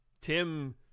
Tim